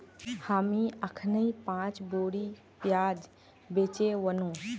हामी अखनइ पांच बोरी प्याज बेचे व नु